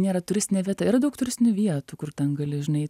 nėra turistinė vieta yra daug turistinių vietų kur ten gali žinai